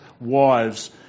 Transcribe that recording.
wives